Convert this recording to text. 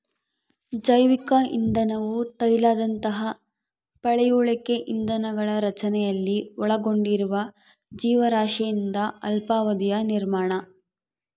ಜೈವಿಕ ಇಂಧನವು ತೈಲದಂತಹ ಪಳೆಯುಳಿಕೆ ಇಂಧನಗಳ ರಚನೆಯಲ್ಲಿ ಒಳಗೊಂಡಿರುವ ಜೀವರಾಶಿಯಿಂದ ಅಲ್ಪಾವಧಿಯ ನಿರ್ಮಾಣ